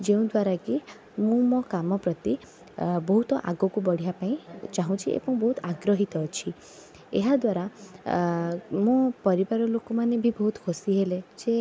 ଯେଉଁଦ୍ୱାରା କି ମୁଁ ମୋ କାମ ପ୍ରତି ବହୁତ ଆଗକୁ ବଢ଼ିବା ପାଇଁ ଚାହୁଁଛି ଏବଂ ବହୁତ ଆଗ୍ରହିତ ଅଛି ଏହାଦ୍ଵାରା ମୁଁ ପରିବାର ଲୋକମାନେ ବି ବହୁତ ଖୁସି ହେଲେ ଯେ